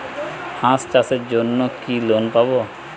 হাঁস চাষের জন্য কি লোন পাব?